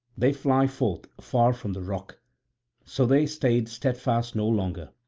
they fly forth far from the rock so they stayed steadfast no longer,